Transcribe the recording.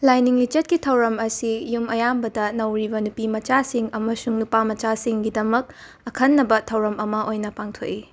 ꯂꯥꯏꯅꯤꯡ ꯂꯤꯆꯠꯀꯤ ꯊꯧꯔꯝ ꯑꯁꯤ ꯌꯨꯝ ꯑꯌꯥꯝꯕꯗ ꯅꯧꯔꯤꯕ ꯅꯨꯄꯤꯃꯆꯥꯁꯤꯡ ꯑꯃꯁꯨꯡ ꯅꯨꯄꯥꯃꯆꯥꯁꯤꯡꯒꯤꯗꯃꯛ ꯑꯈꯟꯅꯕ ꯊꯧꯔꯝ ꯑꯃ ꯑꯣꯏꯅ ꯄꯥꯡꯊꯣꯛꯏ